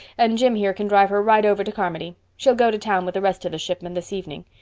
and jim here can drive her right over to carmody. she'll go to town with the rest of the shipment this evening.